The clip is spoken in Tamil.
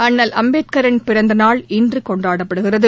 அண்ணல் அம்பேத்கரின் பிறந்த நாள் இன்று கொண்டாடப்படுகிறது